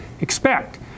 expect